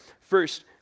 first